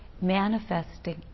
manifesting